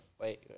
Wait